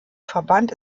verband